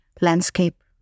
landscape